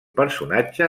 personatge